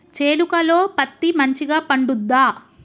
చేలుక లో పత్తి మంచిగా పండుద్దా?